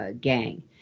gang